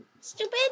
stupid